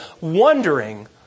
wondering